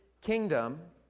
kingdom